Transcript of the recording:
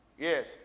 Yes